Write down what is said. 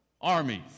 armies